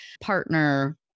partner